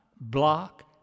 block